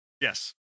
Yes